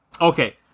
okay